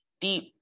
deep